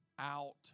out